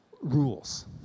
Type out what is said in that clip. rules